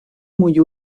muy